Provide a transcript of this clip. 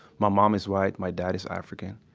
my mom is white. my dad is african.